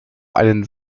einen